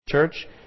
church